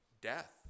death